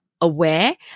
aware